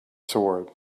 sword